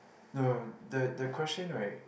no the the question right